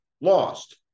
lost